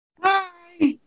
Hi